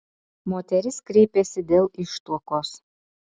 moteris kreipėsi dėl ištuokos